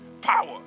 power